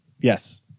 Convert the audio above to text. Yes